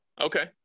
okay